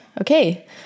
okay